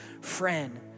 friend